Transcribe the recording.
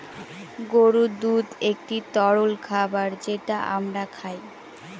গরুর দুধ একটি তরল খাবার যেটা আমরা খায়